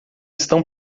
estão